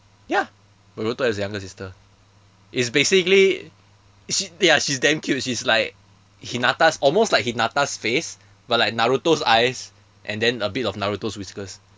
ya boruto has a younger sister it's basically she ya she's damn cute she's like hinata's almost like hinata's face but like naruto's eyes and then a bit of naruto's whiskers